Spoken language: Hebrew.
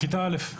לכיתה א',